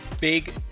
Big